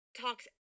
talks